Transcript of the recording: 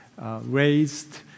raised